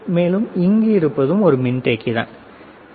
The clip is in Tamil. மேலும் இங்கு இருப்பதும் ஒரு மின்தேக்கி ஆகும்